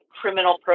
criminal